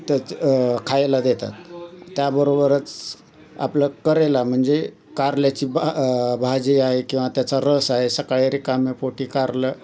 त्याच खायला देतात त्याबरोबरच आपलं करेला म्हणजे कारल्याची बा भाजी आहे किंवा त्याचा रस आहे सकाळी रिकामेपोटी कारलं